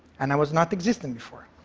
and i was not existent before.